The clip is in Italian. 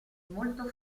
molto